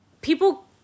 People